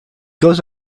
goes